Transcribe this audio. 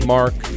Mark